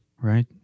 right